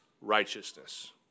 righteousness